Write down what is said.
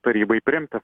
tarybai priimti